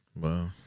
Wow